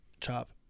Chop